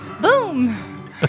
boom